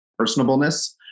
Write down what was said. personableness